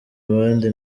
abandi